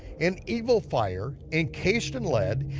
an evil fire encased in lead,